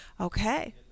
Okay